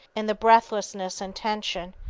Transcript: in the breathlessness and tension,